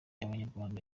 abanyarwanda